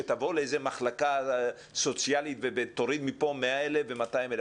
שתבוא לאיזה מחלקה סוציאלית ותוריד מפה 100,000 ו-200,000.